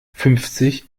fünfzig